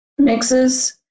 Mixes